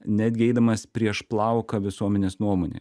netgi eidamas prieš plauką visuomenės nuomonei